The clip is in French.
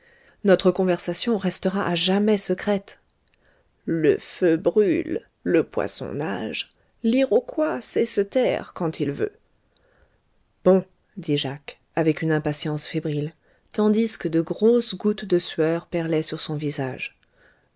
notre conversation restera à jamais secrète le feu brûle le poisson nage l'iroquois sait se taire quand il veut bon dit jacques avec une impatience fébrile tandis que de grosses gouttes de sueur perlaient sur son visage